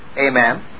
amen